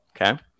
okay